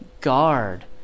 guard